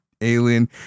alien